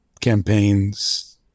campaigns